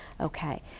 Okay